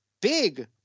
big